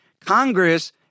Congress